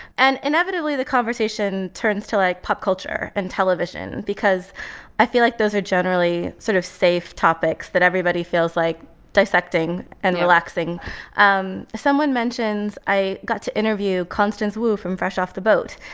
and inevitably, the conversation turns to, like, pop culture and television because i feel like those are generally sort of safe topics that everybody feels like dissecting and relaxing yeah um someone mentions i got to interview constance wu from fresh off the boat.